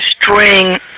string